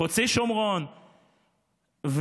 חוצה שומרון,